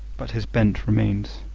but his bent remains.